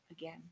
again